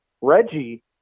Reggie